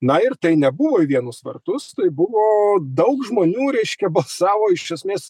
na ir tai nebuvo į vienus vartus tai buvo daug žmonių reiškia balsavo iš esmės